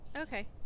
okay